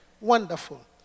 Wonderful